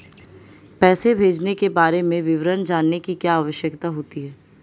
पैसे भेजने के बारे में विवरण जानने की क्या आवश्यकता होती है?